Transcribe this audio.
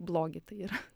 blogį tai yra